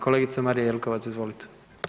Kolegice Marija Jelkovac, izvolite.